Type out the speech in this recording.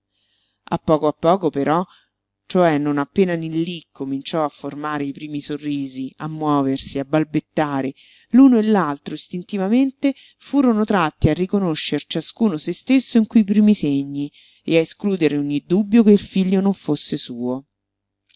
a poco a poco però cioè non appena nillí cominciò a formare i primi sorrisi a muoversi a balbettare l'uno e l'altro istintivamente furono tratti a riconoscer ciascuno se stesso in quei primi segni e a escludere ogni dubbio che il figlio non fosse suo